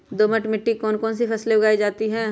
दोमट मिट्टी कौन कौन सी फसलें उगाई जाती है?